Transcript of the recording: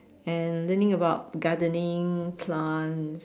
and learning about gardening plants